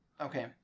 Okay